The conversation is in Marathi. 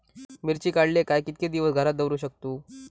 मिर्ची काडले काय कीतके दिवस घरात दवरुक शकतू?